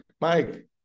Mike